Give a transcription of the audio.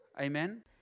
Amen